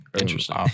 Interesting